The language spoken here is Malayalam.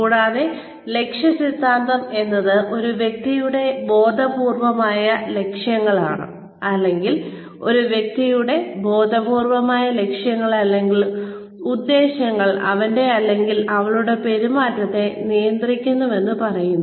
കൂടാതെ ലക്ഷ്യ സിദ്ധാന്തം എന്നത് ഒരു വ്യക്തിയുടെ ബോധപൂർവമായ ലക്ഷ്യങ്ങളാണ് അല്ലെങ്കിൽ ഒരു വ്യക്തിയുടെ ബോധപൂർവമായ ലക്ഷ്യങ്ങൾ അല്ലെങ്കിൽ ഉദ്ദേശ്യങ്ങൾ അവന്റെ അല്ലെങ്കിൽ അവളുടെ പെരുമാറ്റത്തെ നിയന്ത്രിക്കുന്നുവെന്ന് പറയുന്നു